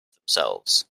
themselves